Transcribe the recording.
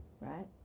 Right